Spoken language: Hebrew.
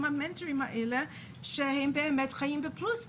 עם המנטורים האלה שהם באמת חיים בפלוס,